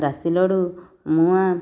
ରାଶି ଲଡ଼ୁ ମୁଆଁ